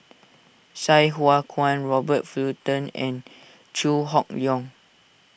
Sai Hua Kuan Robert Fullerton and Chew Hock Leong